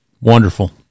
wonderful